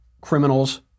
criminals